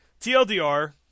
TLDR